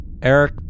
Eric